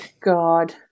God